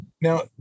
now